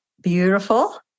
Beautiful